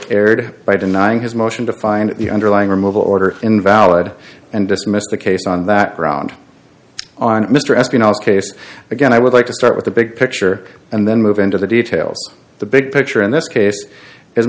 erred by denying his motion to find the underlying removal order invalid and dismissed the case on that ground on mr escott case again i would like to start with the big picture and then move into the details the big picture in this case